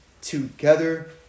together